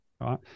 right